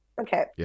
Okay